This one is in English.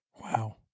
Wow